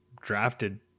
drafted